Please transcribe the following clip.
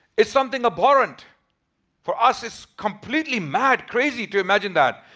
it's something abhorrent for us is completely mad, crazy to imagine that.